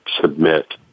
submit